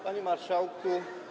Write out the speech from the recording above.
Panie Marszałku!